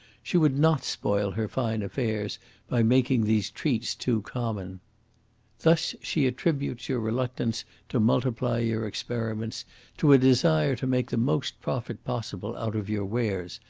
she would not spoil her fine affairs by making these treats too common thus she attributes your reluctance to multiply your experiments to a desire to make the most profit possible out of your wares,